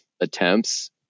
attempts